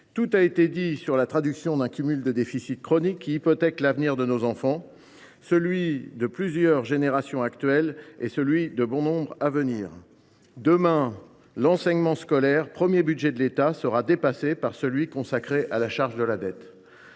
tout a été dit sur un cumul de déficits chroniques qui hypothèquent l’avenir de nos enfants, celui de plusieurs générations actuelles comme celui de bon nombre à venir. Demain, l’enseignement scolaire, premier budget de l’État, sera dépassé par celui qui est consacré à la charge de la dette.